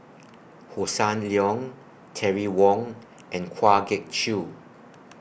Hossan Leong Terry Wong and Kwa Geok Choo